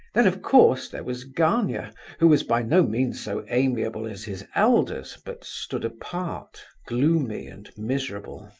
then, of course, there was gania who was by no means so amiable as his elders, but stood apart, gloomy, and miserable,